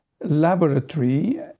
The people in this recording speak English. laboratory